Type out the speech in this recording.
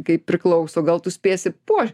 kaip priklauso gal tu spėsi po